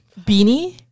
beanie